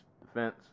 defense